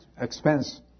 expense